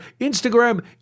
Instagram